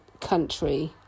country